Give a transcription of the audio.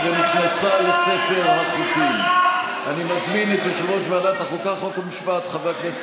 לפיכך, אני קובע שהצעת חוק סמכויות